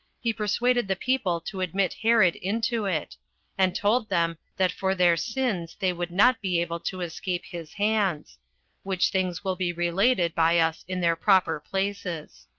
he persuaded the people to admit herod into it and told them that for their sins they would not be able to escape his hands which things will be related by us in their proper places.